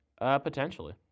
Potentially